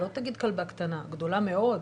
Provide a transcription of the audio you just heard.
גדולה מאוד.